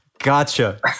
Gotcha